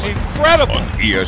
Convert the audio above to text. Incredible